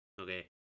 Okay